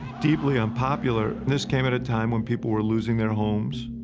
deeply unpopular. and this came at a time when people were losing their homes,